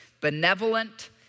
benevolent